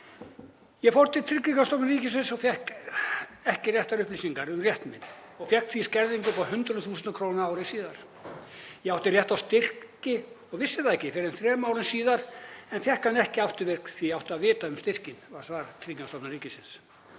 Ég fór til Tryggingastofnunar ríkisins og fékk ekki réttar upplýsingar um rétt minn og fékk því skerðingar upp á hundruð þúsunda króna ári síðar. Ég átti rétt á styrk og vissi það ekki fyrr en þremur árum síðar en fékk hann ekki afturvirkt því að ég átti að vita um styrkinn, var svar Tryggingastofnun ríkisins.